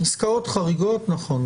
עסקאות חריגות, נכון.